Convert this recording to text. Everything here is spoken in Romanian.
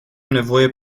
nevoie